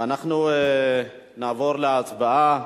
אנחנו נעבור להצבעה.